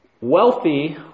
wealthy